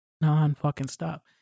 non-fucking-stop